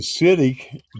acidic